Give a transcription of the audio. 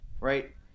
right